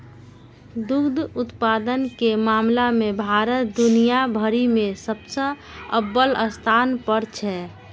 दुग्ध उत्पादन के मामला मे भारत दुनिया भरि मे सबसं अव्वल स्थान पर छै